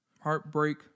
Heartbreak